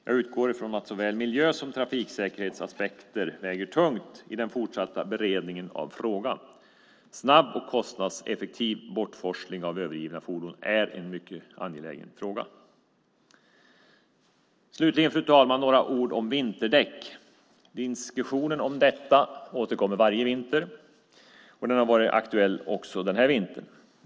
Jag utgår från att såväl miljö som trafiksäkerhetsaspekter väger tungt i den fortsatta beredningen av frågan. Snabb och kostnadseffektiv bortforsling av övergivna fordon är en mycket angelägen fråga. Fru talman! Slutligen vill jag säga några ord om vinterdäck. Diskussionen om detta återkommer varje vinter, och den har varit aktuell också den här vintern.